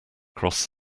cross